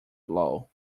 blow